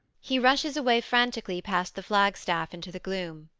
he rushes away frantically past the flagstaff into the gloom.